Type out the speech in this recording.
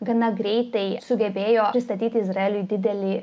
gana greitai sugebėjo pristatyti izraeliui didelį